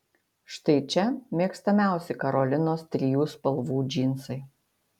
štai čia mėgstamiausi karolinos trijų spalvų džinsai